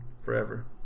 Forever